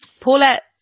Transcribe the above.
Paulette